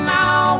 now